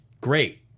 great